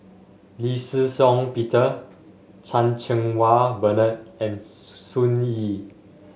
Lee Shih Shiong Peter Chan Cheng Wah Bernard and Sun Yee